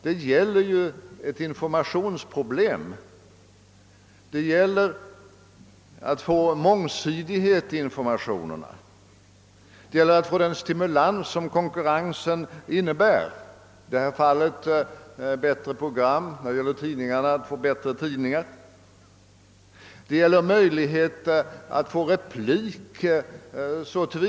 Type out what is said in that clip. Det gäller ju ett informationsproblem, och det gäller att få mångsidighet i informationerna och den stimulans till bättre program respektive bättre tidningar som konkurrensen ger. Det gäller vidare möjligheterna att få replik.